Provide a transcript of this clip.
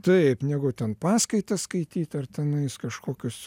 taip negu ten paskaitas skaityti ar tenais kažkokius